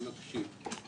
אני מקשיב.